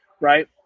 Right